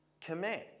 command